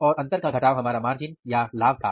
और अंतर का घटाव हमारा मार्जिन या लाभ था